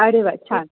अरे वा छान